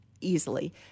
easily